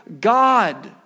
God